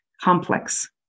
complex